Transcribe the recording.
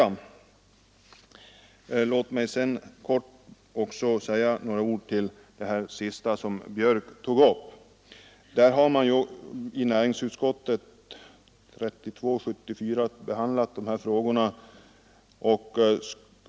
Låt mig sedan också säga några ord med anledning av vad herr Björck i Nässjö senast tog upp. I näringsutskottet betänkande nr 32 i år har dessa frågor behandlats.